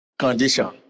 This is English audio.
condition